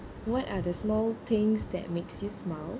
what are the small things that makes you smile